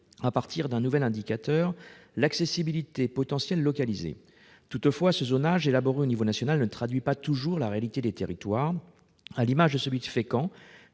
de santé un nouvel indicateur : l'accessibilité potentielle localisée. Toutefois, ce zonage élaboré au niveau national ne traduit pas toujours la réalité des territoires, à l'image de celui de Fécamp,